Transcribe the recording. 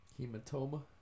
hematoma